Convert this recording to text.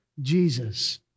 Jesus